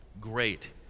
Great